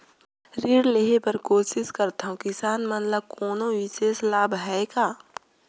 ऋण लेहे बर कोशिश करथवं, किसान मन ल कोनो विशेष लाभ हे का?